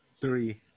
three